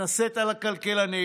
מתנשאת על הכלכלנים,